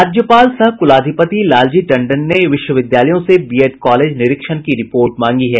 राज्यपाल सह कुलाधिपति लालजी टंडन ने विश्वविद्यालयों से बीएड कॉलेज निरीक्षण की रिपोर्ट मांगी है